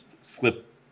slip